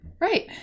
Right